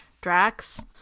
Drax